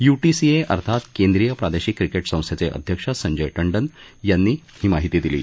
UTCA अर्थात केंद्रीय प्रादेशिक क्रिकेट संस्थेचे अध्यक्ष संजय टंडन यांनी ही माहिती आहे